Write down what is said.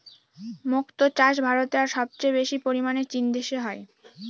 মক্তো চাষ ভারতে আর সবচেয়ে বেশি পরিমানে চীন দেশে হয়